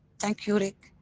thank you rick,